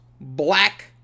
Black